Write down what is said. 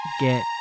get